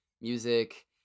music